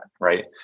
right